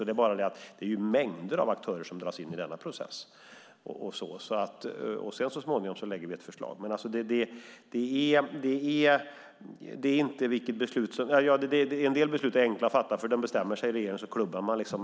Det är bara det att det är mängder av aktörer som dras in i denna process, och så småningom lägger vi fram ett förslag. En del beslut är enkla att fatta. Då bestämmer sig regeringen, och så klubbar vi det.